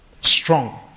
strong